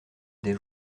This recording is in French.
des